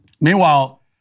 Meanwhile